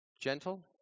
gentle